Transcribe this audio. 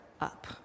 up